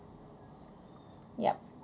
yup